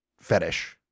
fetish